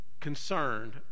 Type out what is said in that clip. concerned